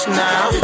now